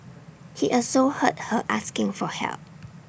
he also heard her asking for help